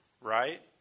right